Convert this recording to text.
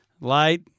Light